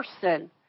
person